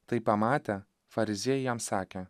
tai pamatę fariziejai jam sakė